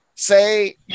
Say